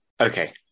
Okay